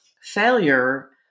failure